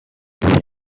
devient